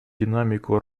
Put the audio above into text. динамику